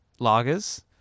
lagers